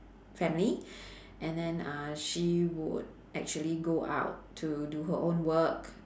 family and then uh she would actually go out to do her own work